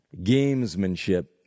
gamesmanship